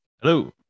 Hello